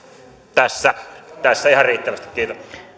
tässä tässä ihan riittävästi